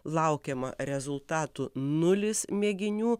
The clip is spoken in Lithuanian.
laukiama rezultatų nulis mėginių